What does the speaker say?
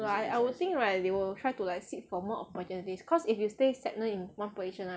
no ah I will think right they will try to like seek for more opportunities cause if you stay stagnant in one position right